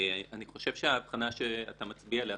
אני חושב שהאבחנה שאתה מצביע עליה,